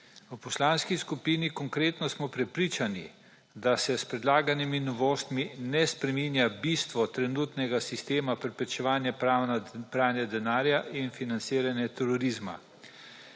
V Poslanski skupini Konkretno smo prepričani, da se s predlaganimi novostmi ne spreminja bistvo trenutnega sistema preprečevanja pranja denarja in financiranja terorizma.